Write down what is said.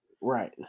Right